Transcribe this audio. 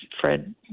Fred